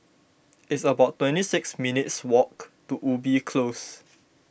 it's about twenty six minutes' walk to Ubi Close